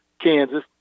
Kansas